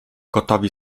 gotowi